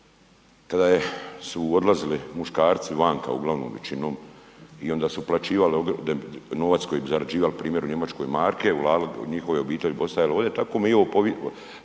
kada su odlazili muškarci vanka, uglavnom većinom i onda su uplaćivali novac koji bi zarađivali primjer u Njemačkoj marke, …/Govornik se ne razumije/…njihove obitelji bi ostajale ovdje, tako me i ovo podsjeća